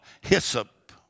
hyssop